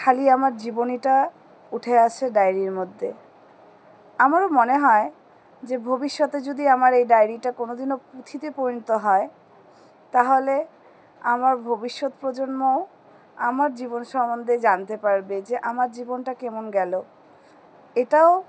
খালি আমার জীবনীটা উঠে আসে ডায়েরির মধ্যে আমারও মনে হয় যে ভবিষ্যতে যদি আমার এই ডায়েরিটা কোনোদিনও পুঁথিতে পরিণত হয় তাহলে আমার ভবিষ্যৎ প্রজন্মও আমার জীবন সম্বন্ধে জানতে পারবে যে আমার জীবনটা কেমন গেল এটাও